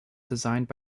designed